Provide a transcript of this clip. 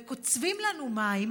וקוצבים לנו מים,